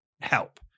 help